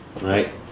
right